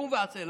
בקום ועשה.